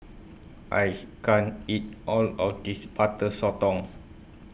I can't eat All of This Butter Sotong